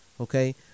okay